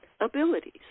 abilities